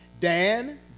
Dan